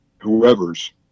whoever's